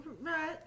Right